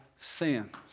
sins